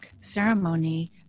ceremony